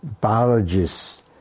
biologists